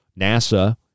NASA